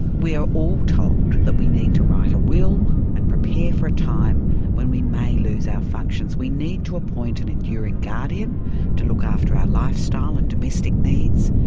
we are all told that we need to write a will and prepare for a time when we may lose our functions. we need to appoint an enduring guardian to look after our lifestyle and domestic needs.